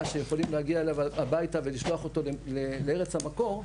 שיכולים להגיע אליו הביתה ויכולים לשלוח אותו לארץ המקור,